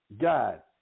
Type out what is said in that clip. God